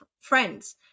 friends